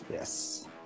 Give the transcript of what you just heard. Yes